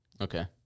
Okay